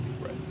right